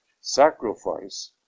sacrifice